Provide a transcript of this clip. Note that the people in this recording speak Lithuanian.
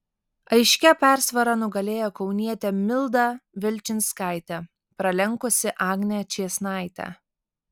aiškia persvara nugalėjo kaunietė milda vilčinskaitė pralenkusi agnę čėsnaitę